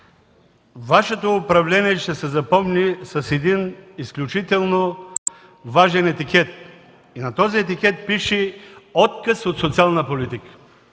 Вашето управление ще се запомни с един изключително важен етикет. На този етикет пише: „Отказ от социална политика”.